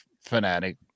fanatic